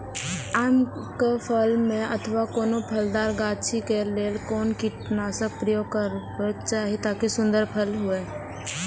आम क फल में अथवा कोनो फलदार गाछि क लेल कोन कीटनाशक प्रयोग करबाक चाही ताकि सुन्दर फल प्राप्त हुऐ?